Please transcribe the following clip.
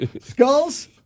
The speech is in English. Skulls